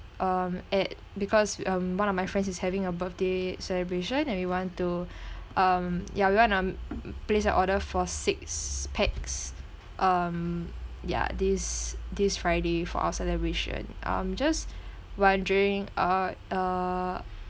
um at because um one of my friend is having a birthday celebration everyone to um ya we want to place an order for six pax um yeah this this friday for our celebration um just wondering uh uh